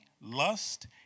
lust